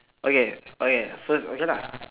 okay okay first okay lah